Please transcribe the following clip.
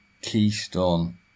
keystone